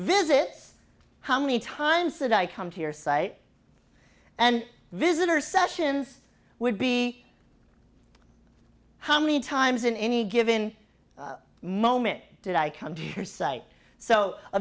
visits how many times did i come to your site and visitor sessions would be how many times in any given moment did i come to your site so a